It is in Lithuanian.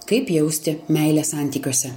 kaip jausti meilę santykiuose